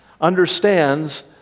understands